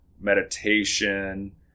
meditation